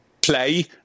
play